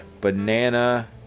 banana